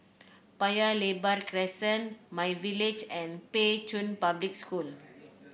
Paya Lebar Crescent MyVillage and Pei Chun Public School